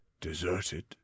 deserted